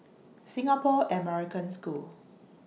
Singapore American School